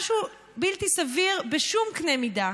משהו בלתי סביר בשום קנה מידה.